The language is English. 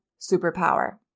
superpower